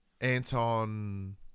Anton